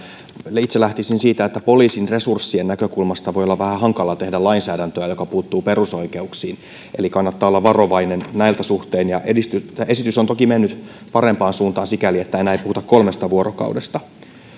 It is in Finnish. itse lähtisin siitä että poliisin resurssien näkökulmasta voi olla vähän hankalaa tehdä lainsäädäntöä joka puuttuu perusoikeuksiin eli kannattaa olla varovainen näitten suhteen esitys on toki mennyt parempaan suuntaan sikäli että enää ei puhuta kolmesta vuorokaudesta